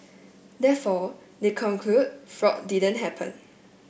therefore they conclude fraud didn't happen